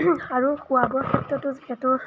আৰু খোৱা বোৱাৰ ক্ষেত্ৰতো যিহেতু